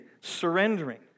surrendering